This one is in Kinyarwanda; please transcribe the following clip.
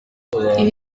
ibi